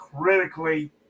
critically